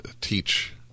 teach